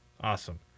Awesome